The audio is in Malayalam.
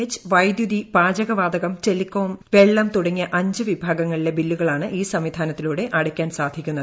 എച്ച് വൈദ്യൂതി പാചകവാതകം ടെലികോം വെള്ളം തുടങ്ങിയ അഞ്ച് വിഭാഗങ്ങളിലെ ബില്ലുകളാണ് ഈ സംവിധാനത്തിലൂടെ അടയ്ക്കാൻ സാധിക്കുന്നത്